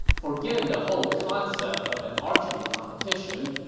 forgetting the whole concept of an archery competition,